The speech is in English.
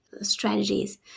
strategies